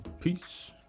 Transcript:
Peace